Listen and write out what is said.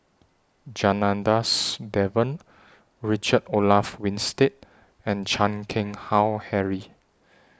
Janadas Devan Richard Olaf Winstedt and Chan Keng Howe Harry